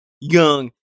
young